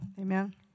Amen